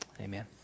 Amen